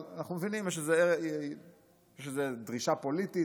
אבל אנחנו מבינים שזו דרישה פוליטית,